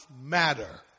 matter